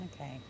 Okay